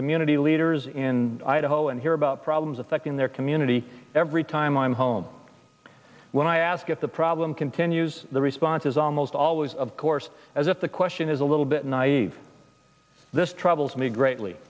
community leaders in idaho and hear about problems affecting their community every time i'm home when i ask if the problem continues the response is almost always of course as if the question is a little bit naive this troubles me greatly